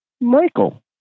Michael